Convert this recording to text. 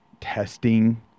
testing